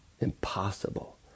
impossible